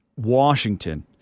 washington